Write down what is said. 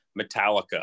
Metallica